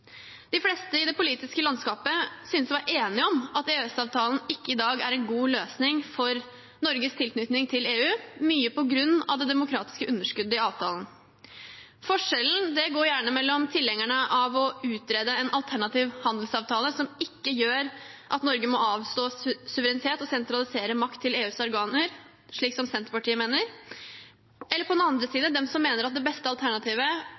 De fleste i det politiske landskapet synes å være enige om at EØS-avtalen i dag ikke er en god løsning for Norges tilknytning til EU, mye på grunn av det demokratiske underskuddet i avtalen. Forskjellen går gjerne mellom tilhengerne av å utrede en alternativ handelsavtale som ikke gjør at Norge må avstå suverenitet og sentralisere makt til EUs organer, slik Senterpartiet mener, og på den andre siden de som mener at det beste alternativet